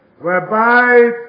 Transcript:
whereby